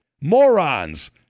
Morons